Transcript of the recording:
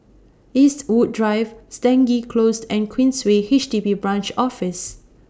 Eastwood Drive Stangee Close and Queensway H D B Branch Office